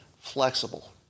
Flexible